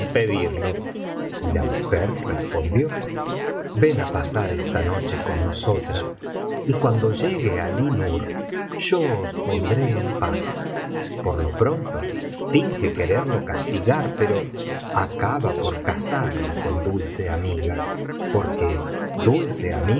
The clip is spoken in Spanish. y la mujer respondió ven á pasar esta noche cou nosotras y cuando llegué alí nur yo os pondré en paz por lo pronto finge quererlo castigar pero acaba por casarlo con dulce amiga porque dulce amiga